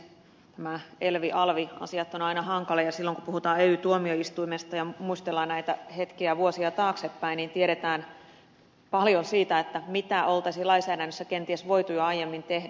nämä elvialvi asiat ovat aina hankalia ja silloin kun puhutaan ey tuomioistuimesta ja muistellaan näitä hetkiä vuosia taaksepäin niin tiedetään paljon siitä mitä oltaisiin lainsäädännössä kenties voitu jo aiemmin tehdä